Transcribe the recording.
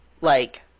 like-